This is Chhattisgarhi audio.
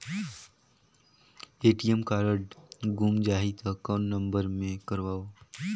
ए.टी.एम कारड गुम जाही त कौन नम्बर मे करव?